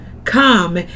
come